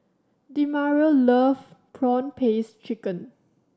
demario love prawn paste chicken